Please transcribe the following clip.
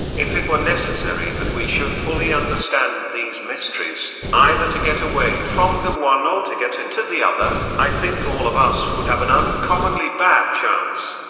if it were necessary that we should fully understand these mysteries, either to get away from the one or to get into the other, i think all of us would have an uncommonly bad chance.